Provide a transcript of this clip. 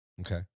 Okay